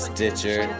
Stitcher